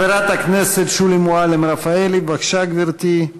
חברת הכנסת שולי מועלם-רפאלי, בבקשה, גברתי.